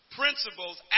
principles